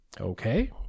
Okay